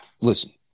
Listen